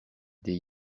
des